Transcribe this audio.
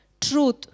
truth